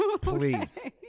Please